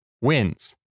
wins